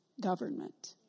government